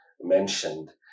mentioned